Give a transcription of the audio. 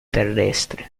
terrestri